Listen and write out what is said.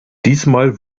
diesmal